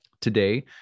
today